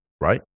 right